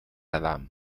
adam